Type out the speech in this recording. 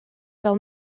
fel